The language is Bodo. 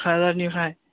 थुक्राझारनिफ्राइ